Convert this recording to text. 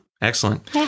excellent